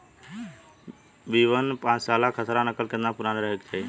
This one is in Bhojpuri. बी वन और पांचसाला खसरा नकल केतना पुरान रहे के चाहीं?